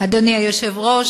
אדוני היושב-ראש,